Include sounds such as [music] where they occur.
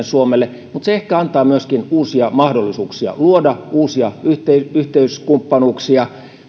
[unintelligible] suomelle mutta se ehkä antaa myöskin uusia mahdollisuuksia luoda uusia yhteyskumppanuuksia